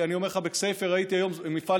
אני אומר לך שבכסייפה ראיתי היום מפעל